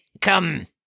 come